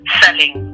selling